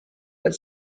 but